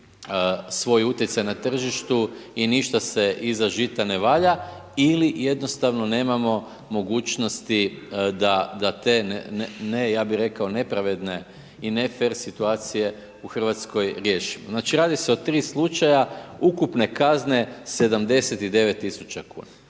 svoj utjecaj na tržištu i ništa se iza žita ne valja ili jednostavno nemamo mogućnosti da te ne, ja bih rekao nepravedne i ne fer situacije u Hrvatskoj riješimo. Znači radi se o tri slučaja ukupne kazne 79 tisuća